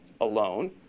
alone